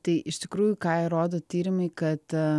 tai iš tikrųjų ką ir rodo tyrimai kad